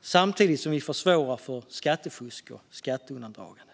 samtidigt som vi försvårar skattefusk och skatteundandragande.